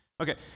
Okay